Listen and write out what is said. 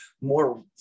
more